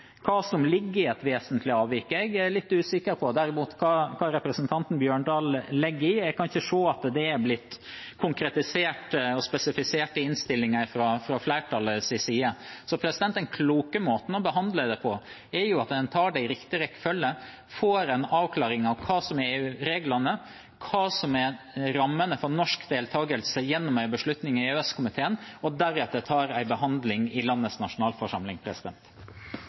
Hva representanten Bjørdal legger i et vesentlig avvik, er jeg derimot litt usikker på; jeg kan ikke se at det har blitt konkretisert og spesifisert i innstillinger fra flertallets side. Så den kloke måten å behandle det på er at man tar det i riktig rekkefølge: får en avklaring av hva som er EU-reglene, hva som er rammene for norsk deltakelse gjennom en beslutning i EØS-komiteen, og deretter tar en behandling i landets nasjonalforsamling.